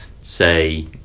say